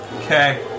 Okay